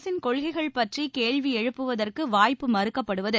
அரசின் கொள்கைகள் பற்றி கேள்வி எழுப்புவதற்கு வாய்ப்பு மறுக்கப்படுவது